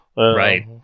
Right